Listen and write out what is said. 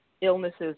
illnesses